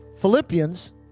Philippians